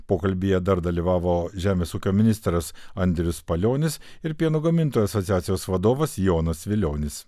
pokalbyje dar dalyvavo žemės ūkio ministras andrius palionis ir pieno gamintojų asociacijos vadovas jonas vilionis